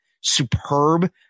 superb